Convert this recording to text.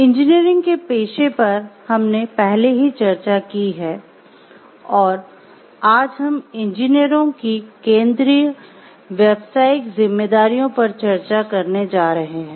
engineering के पेशे पर हमने पहले ही चर्चा की है और आज हम इंजीनियरों की केंद्रीय व्यावसायिक जिम्मेदारियों पर चर्चा करने जा रहे हैं